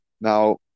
Now